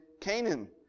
Canaan